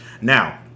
Now